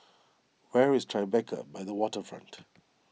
where is Tribeca by the Waterfront